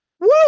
Woo